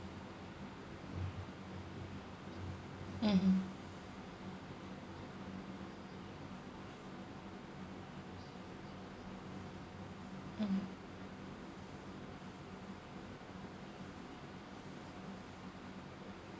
mmhmm mm